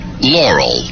Laurel